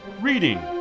Reading